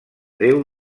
déu